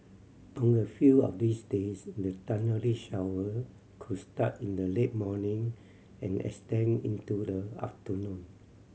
on a few of these days the thundery shower could start in the late morning and extend into the afternoon